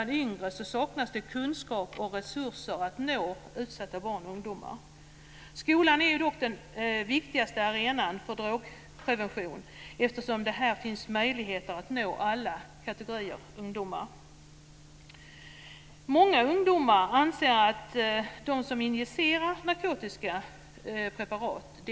Det saknas kunskap om och resurser för att nå barn och ungdomar med knarkproblem. Skolan är den viktigaste arenan för drogprevention, eftersom det inom den finns möjligheter att nå alla kategorier av ungdomar. Många undomar anser att knarkare är sådana som injicerar narkotiska preparat.